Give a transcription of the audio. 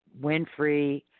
Winfrey